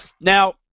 Now